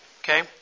okay